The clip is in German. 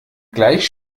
gleich